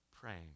praying